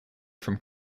from